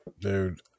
Dude